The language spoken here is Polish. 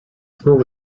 znów